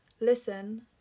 listen